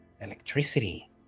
electricity